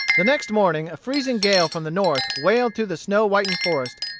the next morning a freezing gale from the north wailed through the snow-whitened forest,